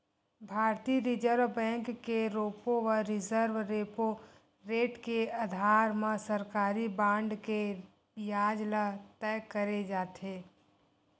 भारतीय reserve bank के repo व रिवर्स रेपो रेट के अधार म सरकारी बांड के बियाज ल तय करे जाथे